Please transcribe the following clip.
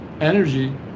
energy